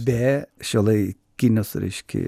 be šiuolaikinius reiškia